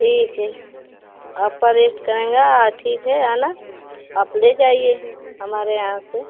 ठीक है आपका वेट करेंगे ठीक है है ना आप ले जाइए हमारे यहाँ से